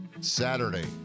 Saturday